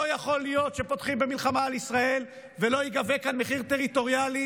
לא יכול להיות שפותחים במלחמה על ישראל ולא ייגבה כאן מחיר טריטוריאלי